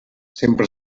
sempre